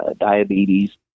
diabetes